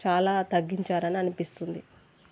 చాలా తగ్గించారని అనిపిస్తుంది